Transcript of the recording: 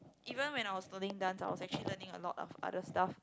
even when I was learning dance I was actually learning a lot of other stuff